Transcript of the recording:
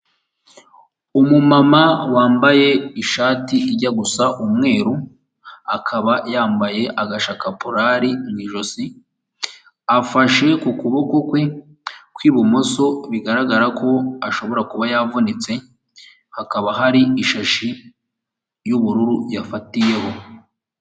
Umumama wambaye ishati ijya gusa umweru, akaba yambaye agashakaporari mu ijosi, afashe ku kuboko kwe kw'ibumoso bigaragara ko ashobora kuba yavunitse, hakaba hari ishashi y'ubururu yafatiyeho.